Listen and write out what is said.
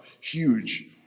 huge